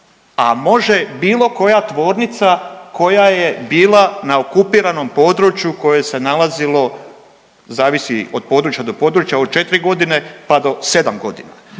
a može bilo koja tvornica koja je bila na okupiranom području koje se nalazilo, zavisi od područja do područja, od 4 godine pa do 7 godina.